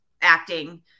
acting